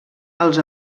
els